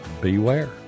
Beware